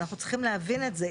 אנחנו צריכים להבין את זה.